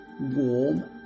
warm